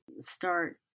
start